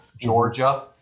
Georgia